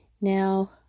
Now